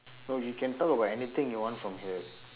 no you can talk about anything you want from here